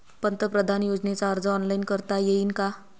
पंतप्रधान योजनेचा अर्ज ऑनलाईन करता येईन का?